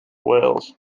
wales